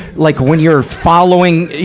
like when you're following,